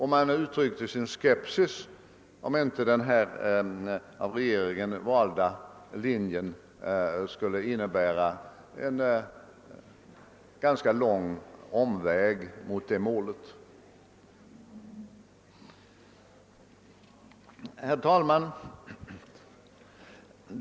Man uttryckte sin skepsis om inte den av regeringen valda linjen skulle innebära en ganska lång omväg mot det målet. Herr talman!